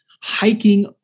hiking